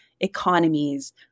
economies